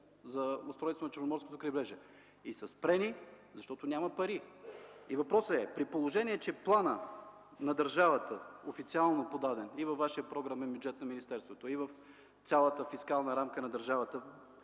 за устройство на Черноморското крайбрежие. И са спрени, защото няма пари. Въпросът е, при положение че планът на държавата, официално подаден (и във Вашия програмен бюджет на министерството, и в цялата фискална рамка на държавата),